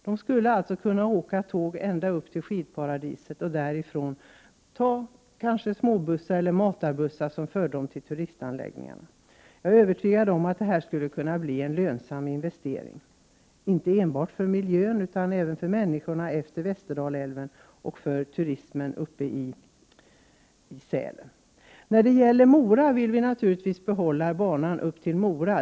De skulle alltså kunna åka tåg ända upp till skidparadiset och därifrån ta matarbuss eller småbuss upp till turistanläggningarna. Jag är övertygad om att det skulle kunna bli en lönsam investering, inte enbart för miljön utan även för människorna efter Västerdalälven och för turismen uppe i Sälen. Sedan vill vi naturligtvis behålla banan upp till Mora.